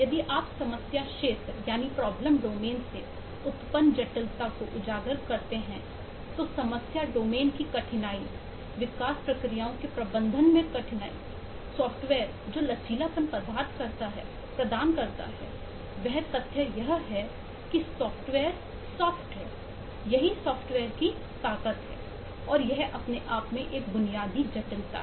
यदि आप समस्या क्षेत्र से उत्पन्न जटिलता को उजागर करते हैं तो समस्या डोमेन की कठिनाई विकास प्रक्रियाओं के प्रबंधन में कठिनाई सॉफ्टवेयर जो लचीलापन प्रदान करता है वह तथ्य यह है कि सॉफ्टवेयर सॉफ्ट है यही सॉफ्टवेयर की ताकत है और यह अपने आप में एक बुनियादी जटिलता है